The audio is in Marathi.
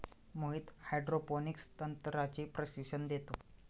मोहित हायड्रोपोनिक्स तंत्राचे प्रशिक्षण देतो